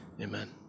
Amen